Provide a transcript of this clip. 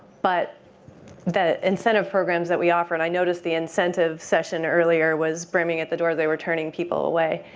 but the incentive programs that we offer and i notice the incentive session earlier was brimming at the door. they were turning people away.